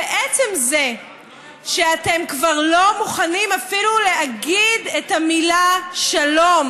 ועצם זה שאתם כבר לא מוכנים אפילו להגיד את המילה "שלום"